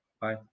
bye